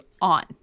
on